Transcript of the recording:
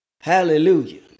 Hallelujah